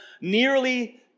nearly